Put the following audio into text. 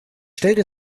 stellte